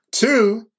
Two